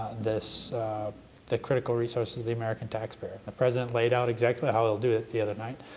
this the critical resources of the american taxpayer. the president laid out exactly how he'll do it the other night.